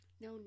no